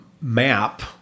map